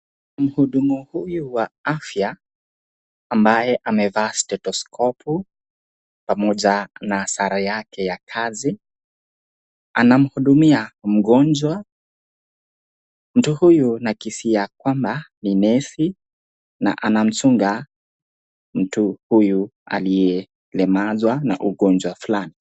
Mhudumu huyu wa afya ambaye amevaa stetoskopu pamoja na sare yake ya kazi anamhudumia mgonjwa. Mtu huyu nakisia ya kwamba ni nesi na anamchungu mtu huyu aliyelemazwa na ugonjwa fulani.